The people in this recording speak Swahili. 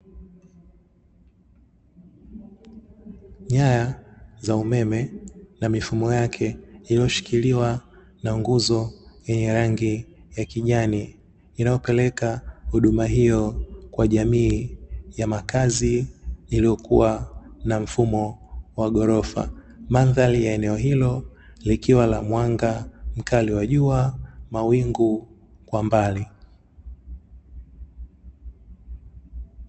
Nyaya za umeme na mifumo yake inayoshikiliwa na nguzo yenye rangi ya kijani inayopeleka huduma hiyo kwa jamii ya makazi iliyokuwa na mfumo wa ghorofa. Mandhari ya eneo hilo likiwa na mwanga mkali wa jua mawingu kwa mbali.